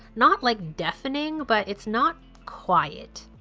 not like deafening but it's not quiet.